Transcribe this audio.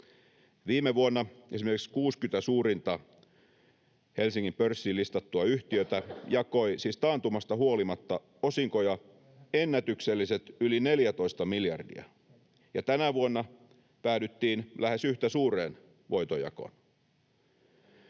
Viime vuonna esimerkiksi 60 suurinta Helsingin pörssiin listattua yhtiötä jakoi, siis taantumasta huolimatta, osinkoja ennätykselliset yli 14 miljardia, ja tänä vuonna päädyttiin lähes yhtä suureen voitonjakoon.